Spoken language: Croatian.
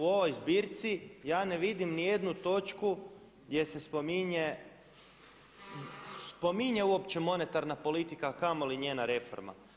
U ovoj zbirci ja ne vidim ni jednu točku gdje se spominje uopće monetarna politika a kamoli njena reforma.